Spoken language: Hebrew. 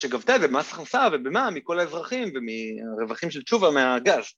‫שמתבטא במס הכנסה ובמע"ם מכל האזרחים ‫ומהרווחים של תשובה מהגז.